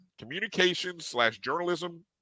communications-slash-journalism